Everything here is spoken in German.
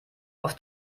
auf